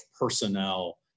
personnel